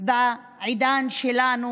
בעידן שלנו,